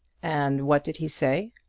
and what did he say?